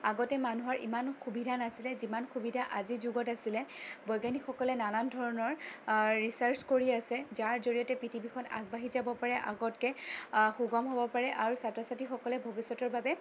আগতে মানুহৰ ইমানো সুবিধা নাছিলে যিমান সুবিধা আজিৰ যুগত আছিলে বৈজ্ঞানিকসকলে নানান ধৰণৰ ৰিচাৰ্ছ কৰি আছে যাৰ জৰিয়তে পৃথিৱীখন আগবাঢ়ি যাব পাৰে আগতকৈ সুগম হ'ব পাৰে আৰু ছাত্ৰ ছাত্ৰীসকলে ভৱিষ্যতৰ বাবে